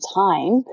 time